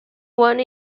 one